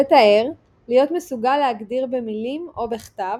לתאר להיות מסוגל להגדיר במילים או בכתב,